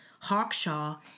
Hawkshaw